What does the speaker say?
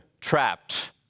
trapped